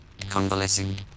convalescing